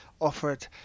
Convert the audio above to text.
offered